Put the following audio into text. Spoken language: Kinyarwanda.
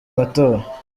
matora